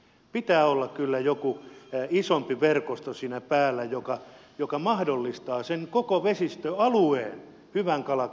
pitää olla joku semmoinen isompi verkosto siinä päällä joka mahdollistaa sen koko vesistöalueen hyvän kalakannan hoitamisen